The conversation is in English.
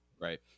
Right